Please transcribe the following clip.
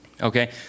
Okay